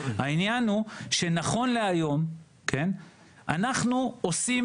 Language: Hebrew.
העניין הוא שנכון להיום אנחנו עושים